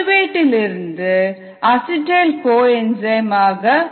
pyruvate இலிருந்து acetyl co A ஆக